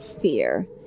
Fear